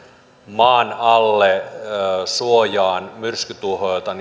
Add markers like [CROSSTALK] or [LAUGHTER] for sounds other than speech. maan alle suojaan myrskytuhoilta [UNINTELLIGIBLE]